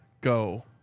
go